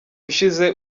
ushize